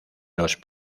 los